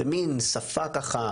במין שפה קרה,